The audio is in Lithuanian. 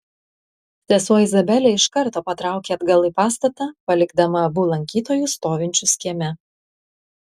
sesuo izabelė iš karto patraukė atgal į pastatą palikdama abu lankytojus stovinčius kieme